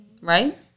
Right